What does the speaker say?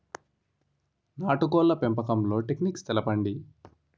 నాటుకోడ్ల పెంపకంలో టెక్నిక్స్ తెలుపండి?